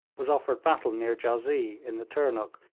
was offered battle near jazee, in the turnuk,